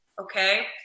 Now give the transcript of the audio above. Okay